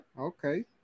okay